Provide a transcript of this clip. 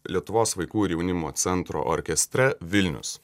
lietuvos vaikų ir jaunimo centro orkestre vilnius